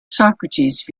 socrates